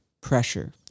pressure